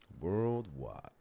Worldwide